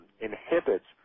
inhibits